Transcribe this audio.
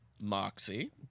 Moxie